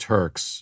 Turks